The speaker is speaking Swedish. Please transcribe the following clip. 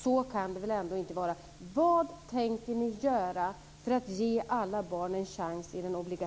Så kan det väl ändå inte vara!